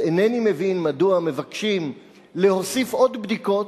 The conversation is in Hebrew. אז אינני מבין מדוע מבקשים להוסיף עוד בדיקות,